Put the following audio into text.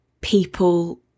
people